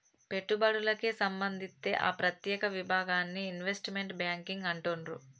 పెట్టుబడులకే సంబంధిత్తే ఆ ప్రత్యేక విభాగాన్ని ఇన్వెస్ట్మెంట్ బ్యేంకింగ్ అంటుండ్రు